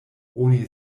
oni